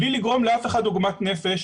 בלי לגרום לאף אחד עוגמת נפש,